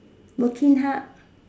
working hard